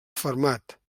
fermat